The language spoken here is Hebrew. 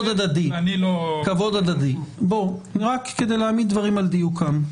כדי להעמיד דברים על דיוקם,